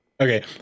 okay